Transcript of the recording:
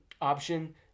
option